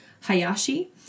Hayashi